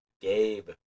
Gabe